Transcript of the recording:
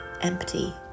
empty